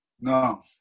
no